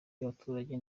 y’abaturage